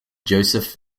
joseph